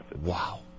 Wow